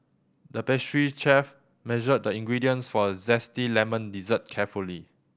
the pastry chef measured the ingredients for a zesty lemon dessert carefully